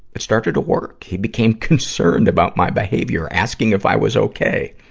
it started to work. he became concerned about my behavior, asking if i was okay.